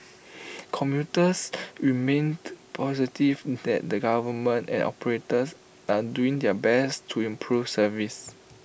commuters remained positive that the government and operators are doing their best to improve service